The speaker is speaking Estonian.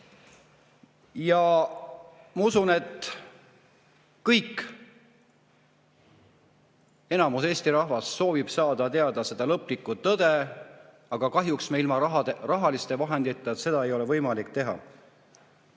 Ma usun, et enamus Eesti rahvast soovib saada teada seda lõplikku tõde, aga kahjuks ilma rahaliste vahenditeta ei ole võimalik seda